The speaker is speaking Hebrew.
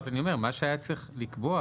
אני אומר שמה שהיה צריך לקבוע